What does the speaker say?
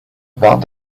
that